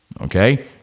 Okay